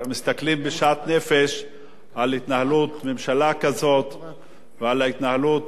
על התנהלות ממשלה כזו ועל ההתנהלות בכל התחומים.